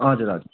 हजुर हजुर